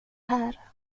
här